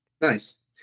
Nice